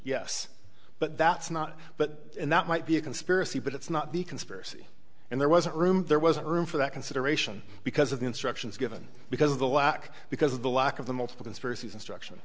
yes but that's not but that might be a conspiracy but it's not the conspiracy and there wasn't room there wasn't room for that consideration because of the instructions given because of the lack because of the lack of the multiple conspiracies instruction